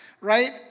right